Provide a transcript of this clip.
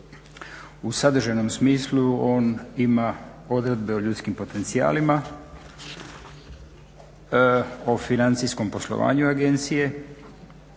U sadržajnom smislu on ima odredbe o ljudskim potencijalima, o financijskom poslovanju agencije,